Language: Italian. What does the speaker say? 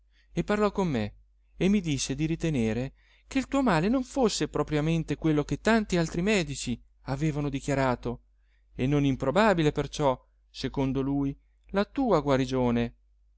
e parlò con me e mi disse di ritenere che il tuo male non fosse propriamente quello che tanti altri medici avevano dichiarato e non improbabile perciò secondo lui la tua guarigione